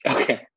Okay